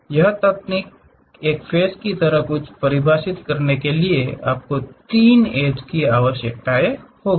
यहां तक कि एक फ़ेस की तरह कुछ परिभाषित करने के लिए आपको 3 एड्ज की आवश्यकता होती है